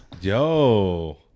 Yo